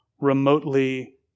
remotely